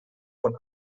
von